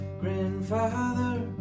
Grandfather